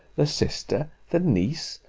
the sister, the niece,